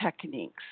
techniques